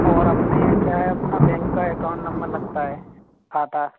और अपने क्या है अपना बैंक का एकाउंट नंबर लगता है खाता